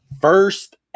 first